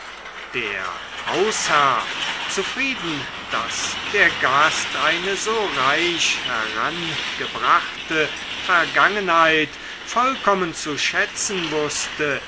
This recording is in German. der hausherr zufrieden daß der gast eine so reich herangebrachte vergangenheit vollkommen zu schätzen wußte